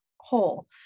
whole